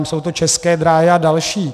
Jsou to České dráhy a další.